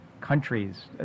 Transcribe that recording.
countries